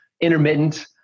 intermittent